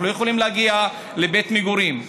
אנחנו לא יכולים להגיע לבית מגורים.